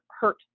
hurt